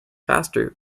faster